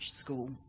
school